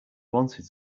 wanted